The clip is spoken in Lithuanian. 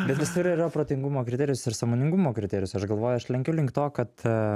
bet visur yra protingumo kriterijus ir sąmoningumo kriterijus aš galvoju aš lenkiu link to kad